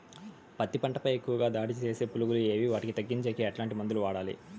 పత్తి పంట పై ఎక్కువగా దాడి సేసే పులుగులు ఏవి వాటిని తగ్గించేకి ఎట్లాంటి మందులు వాడాలి?